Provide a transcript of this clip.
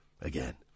Again